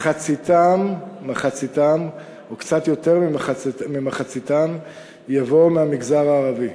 מחציתם, או קצת יותר ממחציתם יבואו מהמגזר הערבי.